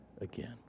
again